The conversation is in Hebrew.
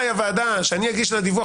הוועדה סמכה עליי שאני אגיש לה דיווח,